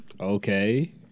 Okay